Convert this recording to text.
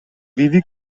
vivi